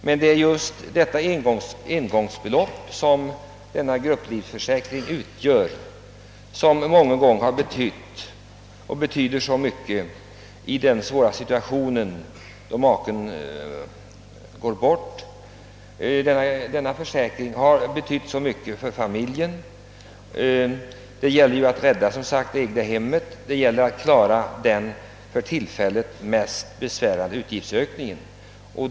Men just det engångsbelopp, som utfaller enligt denna grupplivförsäkring, har många gånger betytt så mycket i den svåra situation då maken gått bort. Det gäller ju att rädda det egna hemmet och klara de för tillfället mest besvärliga utgifterna.